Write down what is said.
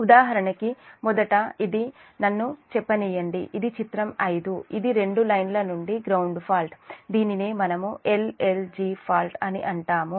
ఉదాహరణకి మొదట ఇది నన్ను చెప్పనీయండి ఇది చిత్రం 5 ఇది రెండు లైన్ల నుండి గ్రౌండ్ ఫాల్ట్ దీనినే మనము L L G ఫాల్ట్ అంటాము